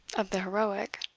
of the heroic.